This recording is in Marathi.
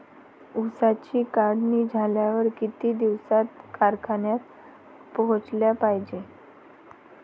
ऊसाची काढणी झाल्यावर किती दिवसात कारखान्यात पोहोचला पायजे?